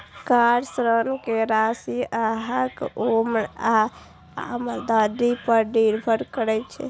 car ऋण के राशि अहांक उम्र आ आमदनी पर निर्भर करै छै